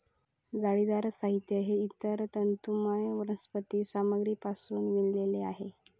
जाळीदार साहित्य हे इतर तंतुमय वनस्पती सामग्रीपासून विणलेले आहे